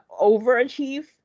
overachieve